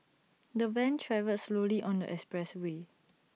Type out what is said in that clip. the van travelled slowly on the expressway